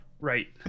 right